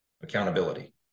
accountability